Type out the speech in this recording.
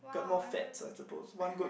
got more fats I suppose one good